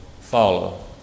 follow